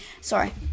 Sorry